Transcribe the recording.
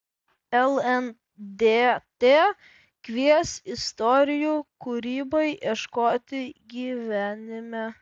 lndt kvies istorijų kūrybai ieškoti gyvenime